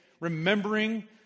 remembering